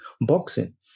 boxing